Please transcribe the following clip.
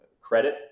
credit